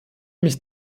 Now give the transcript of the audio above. mich